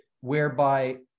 whereby